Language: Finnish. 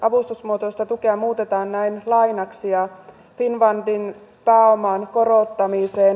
avustusmuotoista tukea muutetaan näin lainaksi ja finnfundin pääoman korottamiseen